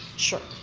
sure.